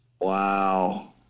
Wow